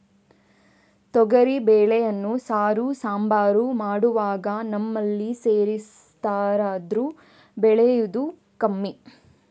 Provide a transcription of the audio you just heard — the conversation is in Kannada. ತೊಗರಿ ಬೇಳೆಯನ್ನ ಸಾರು, ಸಾಂಬಾರು ಮಾಡುವಾಗ ನಮ್ಮಲ್ಲಿ ಸೇರಿಸ್ತಾರಾದ್ರೂ ಬೆಳೆಯುದು ಕಮ್ಮಿ